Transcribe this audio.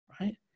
right